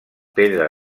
pedra